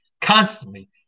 constantly